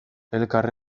elkar